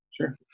Sure